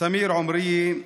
סמיר עומריה,